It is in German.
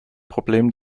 problemen